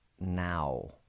now